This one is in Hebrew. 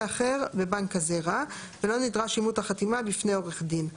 אחר בבנק הזרע ולא נדרש אימות החתימה בפני עורך דין;